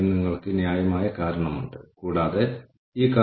അവർ എത്രമാത്രം സംതൃപ്തരാണ്